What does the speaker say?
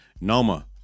Noma